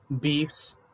beefs